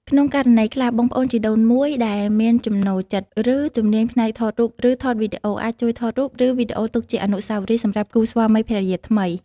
ក្នុងករណីខ្លះ បងប្អូនជីដូនមួយដែលមានចំណូលចិត្ត ឬ ជំនាញផ្នែកថតរូប ឬថតវីដេអូ អាចជួយថតរូប ឬវីដេអូទុកជា អនុស្សាវរីយ៍ សម្រាប់គូស្វាមីភរិយាថ្មី។